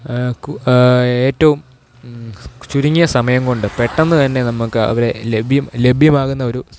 ഏറ്റവും ചുരുങ്ങിയ സമയം കൊണ്ട് പെട്ടെന്ന് തന്നെ നമുക്ക് അവരെ ലഭ്യം ലഭ്യമാകുന്ന ഒരു